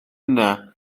yna